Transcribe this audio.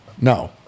No